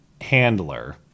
handler